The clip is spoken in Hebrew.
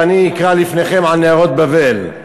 ואני אקרא לפניכם "על נהרות בבל".